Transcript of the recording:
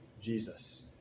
Jesus